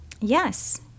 Yes